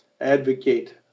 advocate